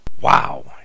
Wow